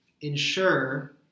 ensure